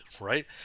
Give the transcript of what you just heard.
right